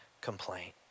complaint